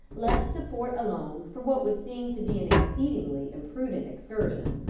left the fort alone for what would seem to be an exceedingly imprudent excursion,